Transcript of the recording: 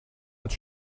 als